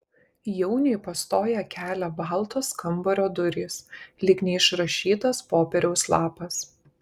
jauniui pastoja kelią baltos kambario durys lyg neišrašytas popieriaus lapas